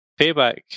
payback